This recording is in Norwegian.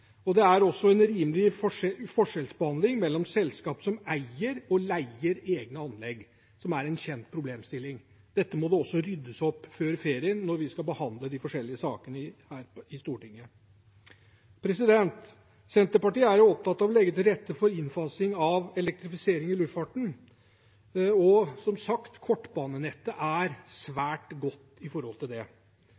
Det er også en urimelig forskjellsbehandling mellom selskaper som eier, og som leier, egne anlegg, noe som er en kjent problemstilling. Dette må det også ryddes opp i før ferien, når vi skal behandle de forskjellige sakene her i Stortinget. Senterpartiet er opptatt av å legge til rette for innfasing av elektrifisering i luftfarten, og – som sagt – kortbanenettet er